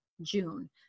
June